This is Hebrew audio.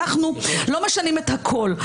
אנחנו לא משנים את הכול.